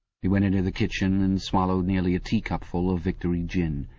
he went into the kitchen and swallowed nearly a teacupful of victory gin.